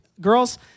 girls